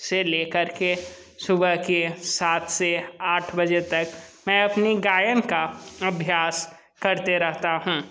से लेकर के सुबह के सात से आठ बजे तक मैं अपनी गायन का अभ्यास करते रहता हूँ